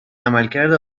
عملکرد